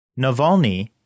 Navalny